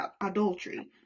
adultery